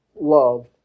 love